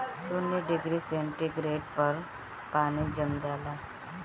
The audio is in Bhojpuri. शून्य डिग्री सेंटीग्रेड पर पानी जम जाला